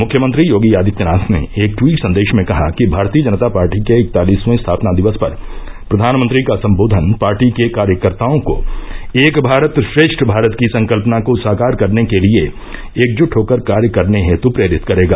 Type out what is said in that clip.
मुख्यमंत्री योगी आदित्यनाथ ने एक ट्वीट संदेश में कहा कि भारतीय जनता पार्टी के इकतालीसवें स्थापना दिवस पर प्रधानमंत्री का सम्बोधन पार्टी के कार्यकर्ताओं को एक भारत श्रेष्ठ भारत की संकल्पना को साकार करने के लिये एकजुट होकर कार्य करने हेतु प्रेरित करेगा